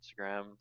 instagram